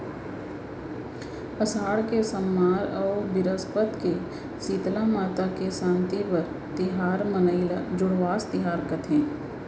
असाड़ के सम्मार अउ बिरस्पत के सीतला माता के सांति बर तिहार मनाई ल जुड़वास तिहार कथें